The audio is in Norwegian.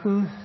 blir begrenset til